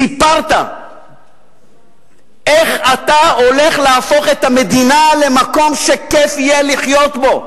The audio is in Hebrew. סיפרת איך אתה הולך להפוך את המדינה למקום שכיף יהיה לחיות בו.